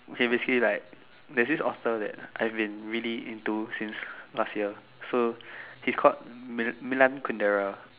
okay obviously like there's this author I've been really into since last year so he's called Milan-Kundera